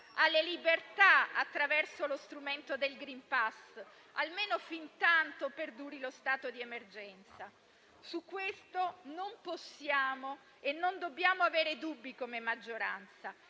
alle libertà attraverso lo strumento del *green pass*, almeno fintantoché perduri lo stato di emergenza. Su questo non possiamo e non dobbiamo avere dubbi come maggioranza